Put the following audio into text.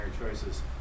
choices